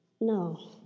No